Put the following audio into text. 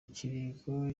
kiringo